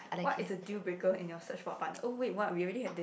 what is the deal breaker in your search for a partner oh wait what we already have this